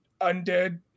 undead